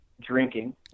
drinking